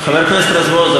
חבר הכנסת רזבוזוב,